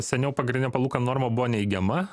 seniau pagrindinė palūkanų norma buvo neigiama